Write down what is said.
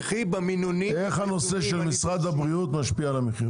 איך הנושא של משרד הבריאות משפיע על המחיר?